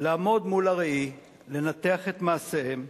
לעמוד מול הראי, לנתח את מעשיהם,